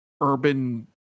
urban